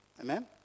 Amen